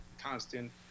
constant